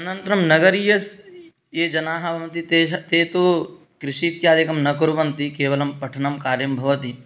अनन्तरं नगरीयस् ये जनाः भवन्ति ते ते तु कृषी इत्यादिकं न कुर्वन्ति केवलं पठनं कार्यं भवति